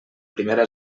primera